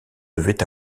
devait